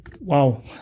wow